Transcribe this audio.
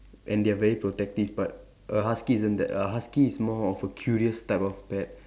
and they are very protective but a husky isn't that a husky is more of a curious type of pet